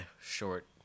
short